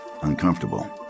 uncomfortable